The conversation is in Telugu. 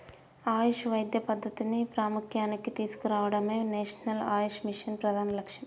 ఆయుష్ వైద్య పద్ధతిని ప్రాముఖ్య్యానికి తీసుకురావడమే నేషనల్ ఆయుష్ మిషన్ ప్రధాన లక్ష్యం